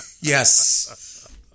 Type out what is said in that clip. yes